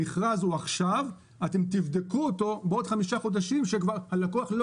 המכרז הוא עכשיו ואתם תבדקו אותו בעוד חמישה חודשים כשכבר הלקוח לא